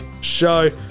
show